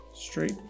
Straight